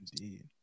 Indeed